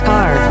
Car